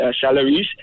salaries